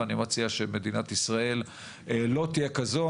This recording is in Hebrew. ואני מציע שמדינת ישראל לא תהיה כזו.